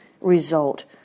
result